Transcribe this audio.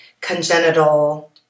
congenital